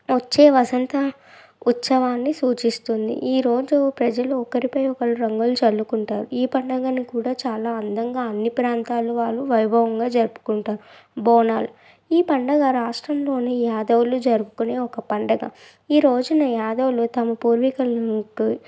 వచ్చే వసంత ఉత్సవాన్ని సూచిస్తుంది ఈరోజు ప్రజలు ఒకరిపై ఒకరు రంగులు చల్లుకుంటారు ఈ పండగను కూడా చాలా అందంగా అన్ని ప్రాంతాలు వాళ్ళు వైభవంగా జరుపుకుంటారు బోనాలు ఈ పండగ రాష్ట్రంలోని యాదవులు జరుపుకునే ఒక పండుగ ఈరోజున యాదవులు తమ పూర్వీకులను